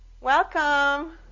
Welcome